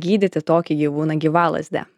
gydyti tokį gyvūną gyvalazdę